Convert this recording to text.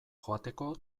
joateko